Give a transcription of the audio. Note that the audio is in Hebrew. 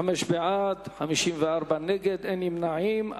25 בעד, 54 נגד, אין נמנעים.